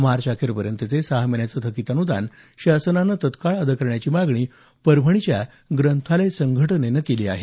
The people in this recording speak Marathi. मार्चअखेर पर्यंतचे सहा महिन्याचे थकीत अनुदान शासनाने तात्काळ अदा करण्याची मागणी परभणीच्या ग्रंथालय संघटनेनं केली आहे